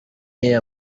iyihe